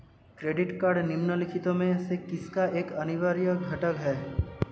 Credit card निम्नलिखित में से किसका एक अनिवार्य घटक है?